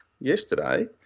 yesterday